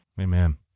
Amen